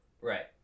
Right